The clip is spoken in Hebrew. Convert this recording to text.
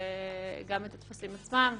גם את הטפסים עצמם.